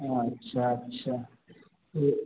अच्छा अच्छा तो